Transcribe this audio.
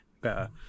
better